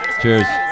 cheers